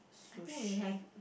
Sushi